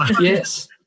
yes